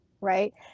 right